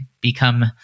become